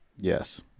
Yes